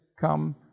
come